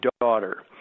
Daughter